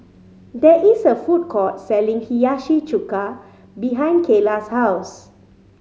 there is a food court selling Hiyashi Chuka behind Kaela's house